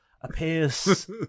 appears